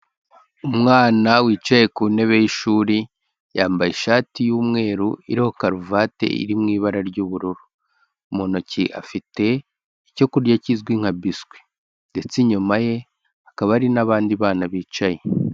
Umwana wicaye ku ntebe y'ishuri yambaye ishati yumweru iro karuvati iri mu ibara ry'ubururu. Mu ntoki afite icyo kurya kizwi nka biswi ndetse inyuma ye hakaba hari n'abandi bana bicaye.